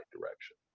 direction